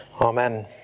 Amen